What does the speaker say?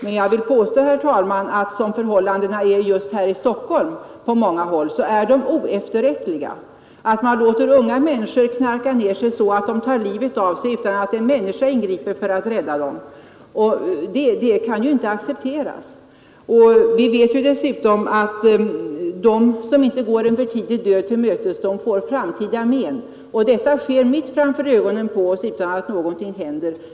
Men jag vill pås å, herr talman, att som förhållandena är just här i Stockholm på många håll är de oefterrättliga. Att man låter unga människor knarka ner sig, så att de tar livet av sig, utan att någon ingriper för att rädda dem, kan inte accepteras. Vi vet ju dessutom att de, som inte går en för tidig död till mötes, får framtida men. Detta sker mitt framför ögonen på oss utan att någonting händer.